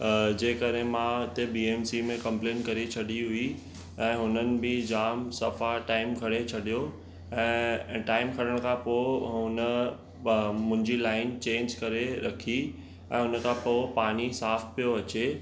जे करे मां हुते बि एम सी में कंप्लेंट करे छॾी हुई ऐं हुननि बि जामु सफ़ा टाइम करे छॾियो ऐं टाइम खणण खां पोइ हुन मुंहिंजी लाइन चेंज करे रखी ऐं हुन खां पोइ पानी साफ़ु पियो अचे